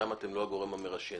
שם אתם לא הגורם המרשה.